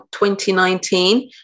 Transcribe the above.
2019